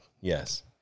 yes